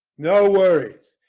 no worries.